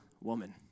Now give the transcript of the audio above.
woman